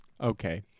Okay